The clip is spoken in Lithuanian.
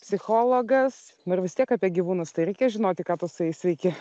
psichologas nu ir vis tiek apie gyvūnus tai reikia žinoti ką tu su jais veiki